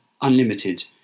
unlimited